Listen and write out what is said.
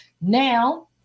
Now